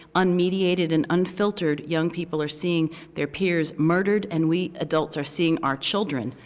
unmediated and unfiltered young people are seeing their peers murdered, and we adults are seeing our children,